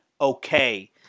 okay